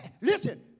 Listen